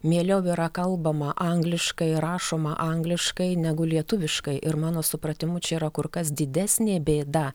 mieliau yra kalbama angliškai rašoma angliškai negu lietuviškai ir mano supratimu čia yra kur kas didesnė bėda